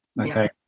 okay